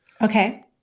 Okay